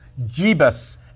Jebus